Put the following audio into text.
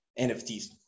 NFTs